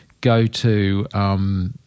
go-to